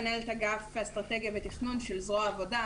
מנהלת אגף אסטרטגיה ותכנון של זרוע העבודה,